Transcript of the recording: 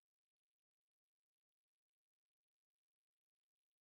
know what is it is it heavy or is it like cotton candy